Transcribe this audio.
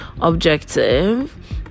objective